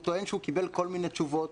הוא טוען שהוא קיבל כל מיני תשובות.